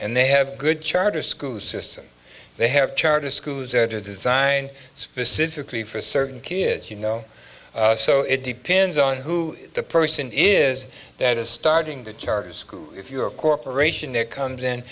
and they have a good charter school system they have charter schools that are designed specifically for certain kids you know so it depends on who the person is that is studying the charter school if you're a corporation that comes in